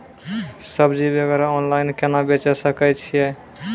सब्जी वगैरह ऑनलाइन केना बेचे सकय छियै?